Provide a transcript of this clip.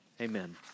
Amen